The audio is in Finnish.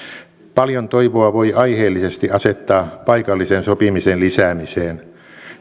paljon toivoa voi aiheellisesti asettaa paikallisen sopimisen lisäämiseen